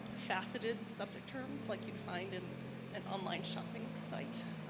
faceted subject terms like you'd find in an online shopping site.